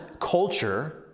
culture